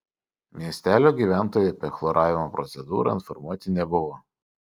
miestelio gyventojai apie chloravimo procedūrą informuoti nebuvo